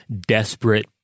desperate